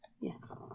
yes